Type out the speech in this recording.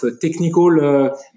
technical